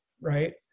right